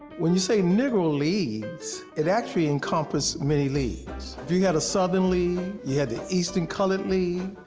when you say negro leagues, it actually encompassed many leagues. you had a southern league. you had the eastern colored league.